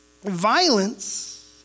Violence